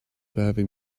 having